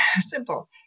Simple